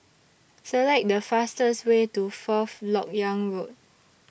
Select The fastest Way to Fourth Lok Yang Road